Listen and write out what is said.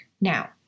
Now